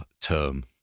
term